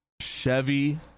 Chevy